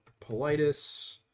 politis